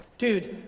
dude,